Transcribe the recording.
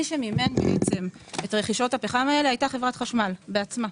מי שמימן בעצם את רכישות הפחם האלה הייתה חברת החשמל בעצמה.